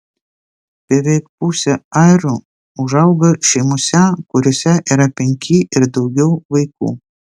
beveik pusė airių užauga šeimose kuriose yra penki ir daugiau vaikų